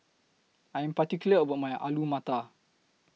I Am particular about My Alu Matar